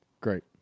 great